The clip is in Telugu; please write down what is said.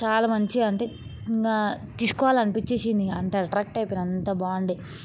చాలా మంచిగా అంటే ఇంక తిసుకుపోవాలని అనిపించేసింది అంత అట్రాక్ట్ అయిపోయినాను అంత బాగుండే